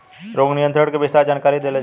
रोग नियंत्रण के विस्तार जानकरी देल जाई?